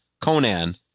Conan